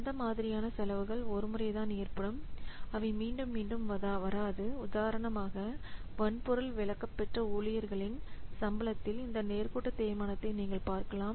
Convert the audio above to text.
அந்த மாதிரியான செலவுகள் ஒருமுறைதான் ஏற்படும் அவை மீண்டும் மீண்டும் வராது உதாரணமாக வன்பொருள் விலக்கபெற்ற ஊழியர்களின் சம்பளத்தில் இந்த நேர்கோட்டு தேய்மானத்தை நீங்கள் பார்க்கலாம்